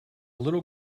little